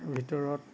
ভিতৰত